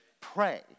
pray